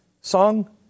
song